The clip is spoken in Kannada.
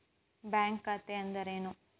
ಬ್ಯಾಂಕ್ ಖಾತೆ ಅಂದರೆ ಏನು?